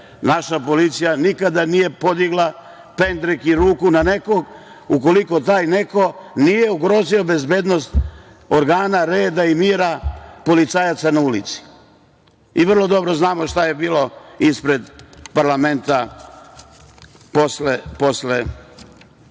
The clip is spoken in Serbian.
Naša policija nikada nije podigla pendrek i ruku na nekog ukoliko taj neko nije ugrozio bezbednost organa reda i mira, policajaca na ulici. Vrlo dobro znamo šta je bilo ispred parlamenta posle